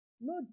No